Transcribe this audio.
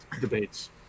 debates